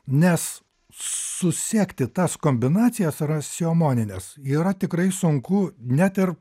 nes susekti tas kombinacijas rasiomonines yra tikrai sunku net ir